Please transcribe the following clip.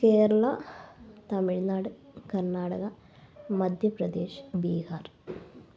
Kerala Tamil Nadu Karnataka Madhya Pradesh Bihar